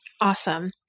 Awesome